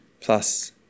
plus